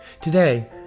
Today